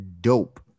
Dope